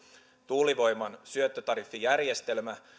tuulivoiman syöttötariffijärjestelmä